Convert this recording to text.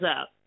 up